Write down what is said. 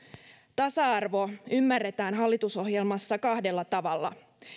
tasa arvo ymmärretään hallitusohjelmassa kahdella tavalla